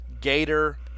Gator